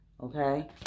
Okay